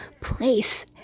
place